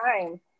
time